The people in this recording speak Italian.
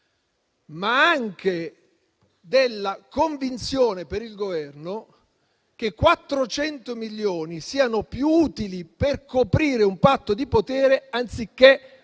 ma anche della convinzione, per il Governo, che 400 milioni siano più utili per coprire un patto di potere, anziché